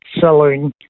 selling